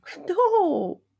No